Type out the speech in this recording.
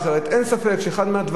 אין ספק שאחד מהדברים,